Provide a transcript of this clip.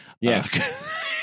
yes